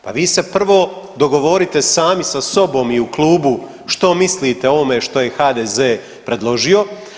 Pa vi se prvo dogovorite sami sa sobom i u klubu što mislite o ovome što je HDZ predložio.